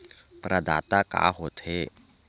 प्रदाता का हो थे?